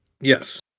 Yes